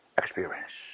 experience